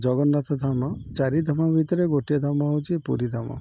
ଜଗନ୍ନାଥ ଧାମ ଚାରିଧାମ ଭିତରେ ଗୋଟିଏ ଧାମ ହେଉଛି ପୁରୀ ଧାମ